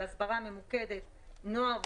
על הסברה ממוקדת לנוער וכו',